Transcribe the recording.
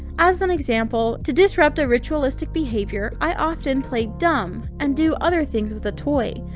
as an example, to disrupt a ritualistic behavior, i often play dumb and do other things with the toy.